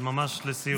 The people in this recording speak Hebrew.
אבל ממש לסיום.